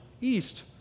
east